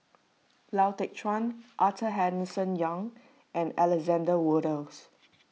Lau Teng Chuan Arthur Henderson Young and Alexander Wolters